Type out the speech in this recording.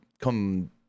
come